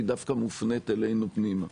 והיא דווקא מופנית אלינו פנימה.